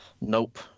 Nope